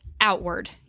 outward